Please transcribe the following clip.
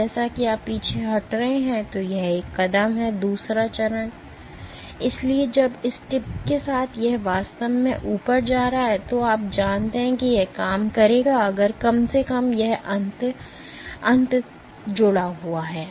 तो जैसा कि आप पीछे हट रहे हैं यह एक कदम है दूसरा चरण इसलिए जब टिप के साथ यह वास्तव में ऊपर जा रहा है तो आप जानते हैं कि यह काम करेगा अगर कम से कम यह अंत यह अंत जुड़ा हुआ है